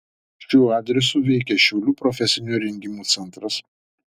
šiuo adresu veikia šiaulių profesinio rengimo centras